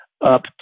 up